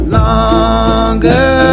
longer